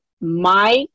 Mike